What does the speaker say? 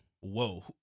Whoa